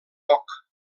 poc